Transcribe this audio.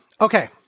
Okay